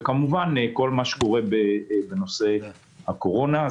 וכמובן כל מה שקורה בנושא הקורונה.